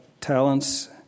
talents